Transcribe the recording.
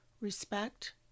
respect